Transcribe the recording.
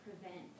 prevent